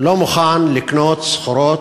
לא מוכנים לקנות סחורות,